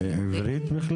עברית?